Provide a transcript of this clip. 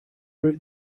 route